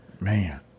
Man